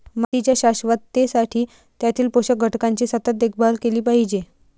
मातीच्या शाश्वततेसाठी त्यातील पोषक घटकांची सतत देखभाल केली पाहिजे